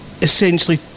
essentially